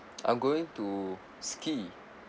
I'm going to ski